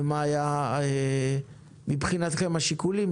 ומה היו מבחינתכם השיקולים?